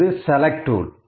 இது select tool